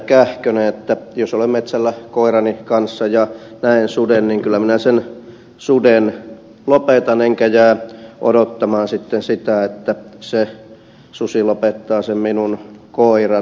kähkönen että jos olen metsällä koirani kanssa ja näen suden niin kyllä minä sen suden lopetan enkä jää sitten odottamaan sitä että se susi lopettaa sen minun koirani